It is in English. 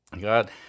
God